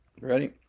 ready